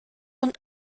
und